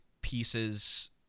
pieces